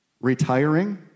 retiring